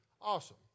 awesome